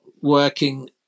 working